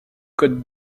code